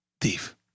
thief